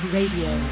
Radio